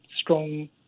strong